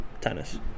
Tennis